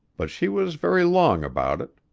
but she was very long about it.